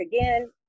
again